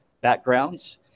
backgrounds